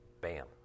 bam